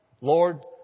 Lord